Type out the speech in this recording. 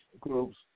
groups